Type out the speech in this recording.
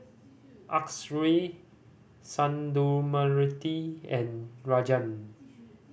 Akshay Sundramoorthy and Rajan